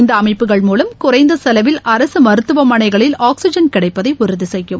இந்த அமைப்புகள் மூலம் குறைந்த செலவில் அரசு மருத்துவமனைகளில் ஆக்ஸிஜன் கிடைப்பதை உறுதி செய்யும்